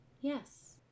Yes